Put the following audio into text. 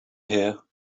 here